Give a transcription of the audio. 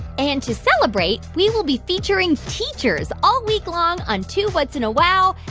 and to celebrate, we will be featuring teachers all week long on two whats? and a wow!